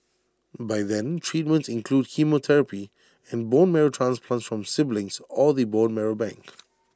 by then treatments include chemotherapy and bone marrow transplants from siblings or the bone marrow bank